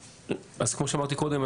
כמו שאמרתי קודם,